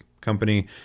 company